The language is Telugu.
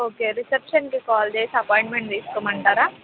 ఓకే రిసెప్షన్కి కాల్ చేసి అపాయింట్మెంట్ తీసుకోమంటారా